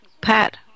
Pat